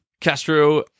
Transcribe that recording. Castro